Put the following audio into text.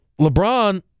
LeBron